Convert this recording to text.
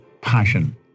passion